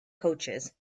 coaches